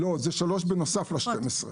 לא, זה 3 בנוסף ל-12.